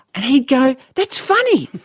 and he'd go, that's funny!